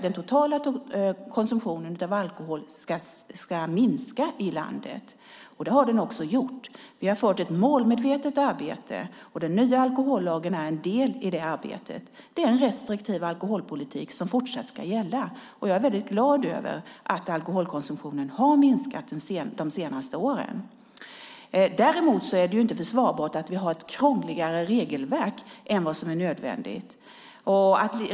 Den totala konsumtionen av alkohol i landet ska minska. Det har den också gjort. Vi har fört ett målmedvetet arbete. Den nya alkohollagen är en del av det arbetet. Det är en restriktiv alkoholpolitik som fortsatt ska gälla. Jag är glad över att alkoholkonsumtionen har minskat de senaste åren. Det är emellertid inte försvarbart att vi har ett krångligare regelverk än vad som är nödvändigt.